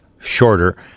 shorter